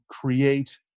create